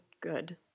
good